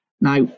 Now